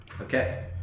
Okay